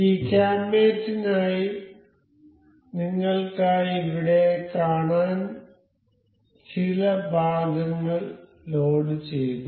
ഈ ക്യാം മേറ്റ് നായി നിങ്ങൾക്കായി ഇവിടെ കാണാൻ ചില ഭാഗങ്ങൾ ലോഡുചെയ്തു